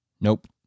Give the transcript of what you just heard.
Nope